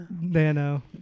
Nano